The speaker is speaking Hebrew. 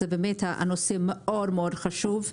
זה באמת נושא מאוד מאוד חשוב.